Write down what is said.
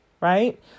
right